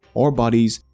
or bodies,